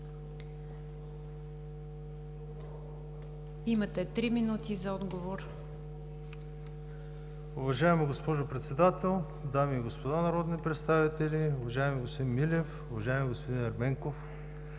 имате три минути за отговор. МИНИСТЪР НИКОЛАЙ ПЕТРОВ: Уважаема госпожо Председател, дами и господа народни представители, уважаеми господин Милев, уважаеми господин Ерменков!